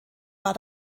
war